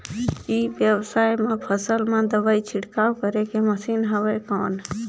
ई व्यवसाय म फसल मा दवाई छिड़काव करे के मशीन हवय कौन?